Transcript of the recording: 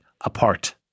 apart